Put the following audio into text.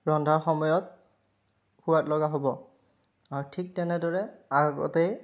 ৰন্ধা সময়ত সোৱাদলগা হ'ব ঠিক তেনেদৰে আগতেই